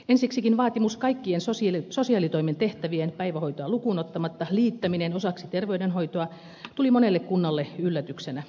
ensiksikin vaatimus kaikkien sosiaalitoimen tehtävien päivähoitoa lukuun ottamatta liittämisestä osaksi terveydenhoitoa tuli monelle kunnalle yllätyksenä